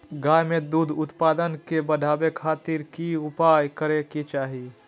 गाय में दूध उत्पादन के बढ़ावे खातिर की उपाय करें कि चाही?